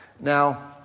now